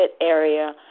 area